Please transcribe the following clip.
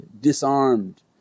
disarmed